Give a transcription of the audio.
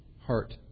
heart